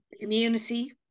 community